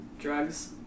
Drugs